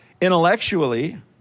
intellectually